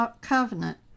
covenant